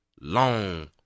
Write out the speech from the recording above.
long